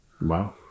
wow